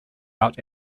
out